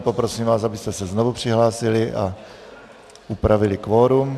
Poprosím vás, abyste se znovu přihlásili a upravili kvorum.